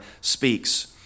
speaks